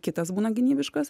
kitas būna gynybiškas